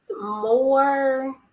more